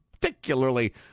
particularly